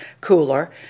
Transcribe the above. cooler